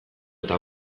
eta